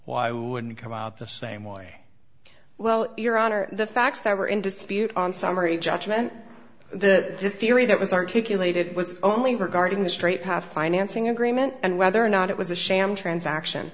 why wouldn't come out the same way well your honor the facts that were in dispute on summary judgment the theory that was articulated was only regarding the straight path financing agreement and whether or not it was a sham transaction